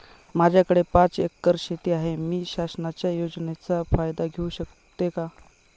माझ्याकडे पाच एकर शेती आहे, मी शासनाच्या योजनेचा फायदा घेऊ शकते का?